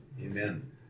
Amen